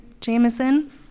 Jamison